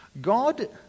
God